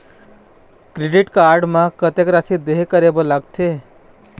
Credit card म कतक राशि देहे करे बर लगथे?